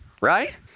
Right